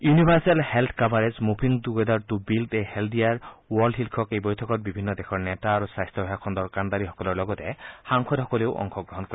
universal health coverage moving together to build a healthier world শীৰ্যক এই বৈঠকত বিভিন্ন দেশৰ নেতা আৰু স্বাস্থ্যসেৱা খণ্ডৰ কাণ্ডাৰীসকলৰ লগতে সাংসদসকলে অংশগ্ৰহণ কৰে